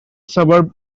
suburb